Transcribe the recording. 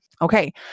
Okay